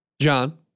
John